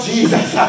Jesus